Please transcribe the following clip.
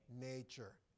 nature